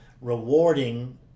rewarding